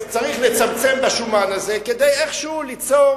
צריך לצמצם בשומן הזה כדי איכשהו ליצור